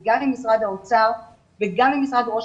גם עם משרד האוצר וגם עם משרד ראש